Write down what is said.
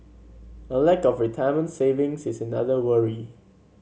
a lack of retirement savings is another worry